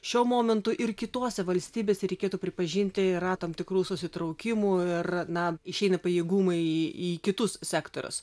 šiuo momentu ir kitose valstybėse reikėtų pripažinti yra tam tikrų susitraukimų ir na išeina pajėgumai į kitus sektorius